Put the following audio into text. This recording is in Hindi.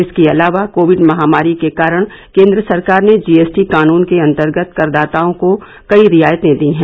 इसके अलावा कोविड महामारी के कारण केन्द्र सरकार ने जीएसटी कानून के अन्तर्गत करदाताओं को कई रियायतें दी है